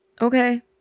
Okay